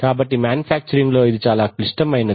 కాబట్టి మాన్యుఫ్యాక్చరింగ్ లో ఇది చాలా క్లిష్టమైంది